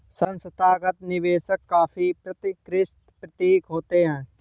संस्थागत निवेशक काफी परिष्कृत प्रतीत होते हैं